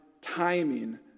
timing